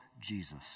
Jesus